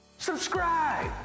Subscribe